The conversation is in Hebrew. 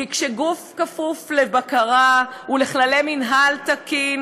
כי כשגוף כפוף לבקרה ולכללי מינהל תקין,